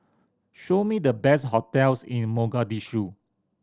show me the best hotels in Mogadishu